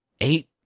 eight